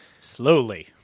Slowly